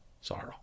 sorrow